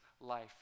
life